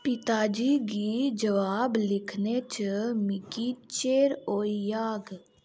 पिता जी गी जवाब लिखने च मिगी चिर होई जाह्ग